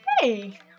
Hey